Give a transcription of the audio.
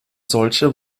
solche